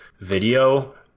video